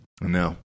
No